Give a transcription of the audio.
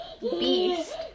Beast